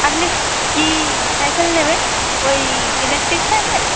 আপনি কী সাইকেল নেবেন ওই ইলেকট্রিক সাইকেল